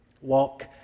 walk